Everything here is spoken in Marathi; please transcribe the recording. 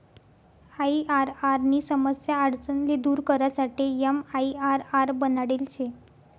आईआरआर नी समस्या आडचण ले दूर करासाठे एमआईआरआर बनाडेल शे